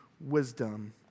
wisdom